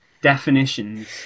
definitions